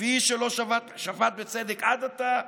כפי שלא שפט בצדק עד עתה,